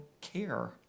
care